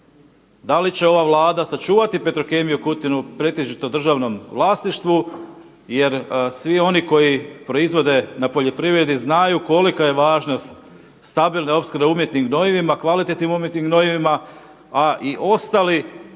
Da li će ova Vlada sačuvati Petrokemiju Kutina pretežno u državnom vlasništvu? Jer svi oni koji proizvodi na poljoprivredi znaju kolika je važnost stabilne opskrbe umjetnim gnojivima, kvalitetnim umjetnim gnojivima, a i ostali